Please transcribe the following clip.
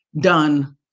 done